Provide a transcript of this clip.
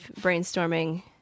brainstorming